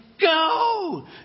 Go